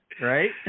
Right